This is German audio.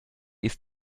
ist